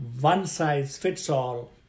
one-size-fits-all